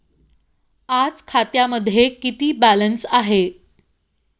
आज खात्यामध्ये किती बॅलन्स आहे?